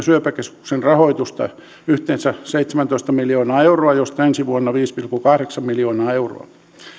syöpäkeskuksen rahoitusta yhteensä seitsemäntoista miljoonaa euroa josta ensi vuonna viisi pilkku kahdeksan miljoonaa euroa